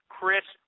Chris